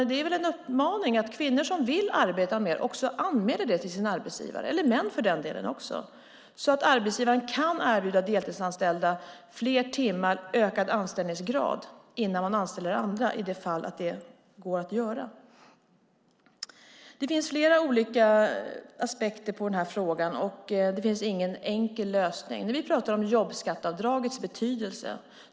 Det är väl en uppmaning att kvinnor som vill arbeta mer också sak anmäla det till sin arbetsgivare - det gäller för den delen män också - så att arbetsgivaren kan erbjuda deltidsanställda fler timmar och ökad anställningsgrad innan man anställer andra i de fall det är möjligt. Det finns flera olika aspekter på den här frågan, och det finns ingen enkel lösning. Vi talar om jobbskatteavdragets betydelse.